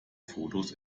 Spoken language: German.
fotos